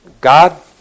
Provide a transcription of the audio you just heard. God